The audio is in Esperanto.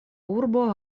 urbo